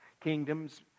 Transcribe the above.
Kingdoms